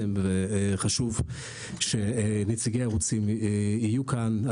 שהזמנתם וחשוב שנציגי הערוצים יהיו כאן.